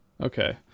Okay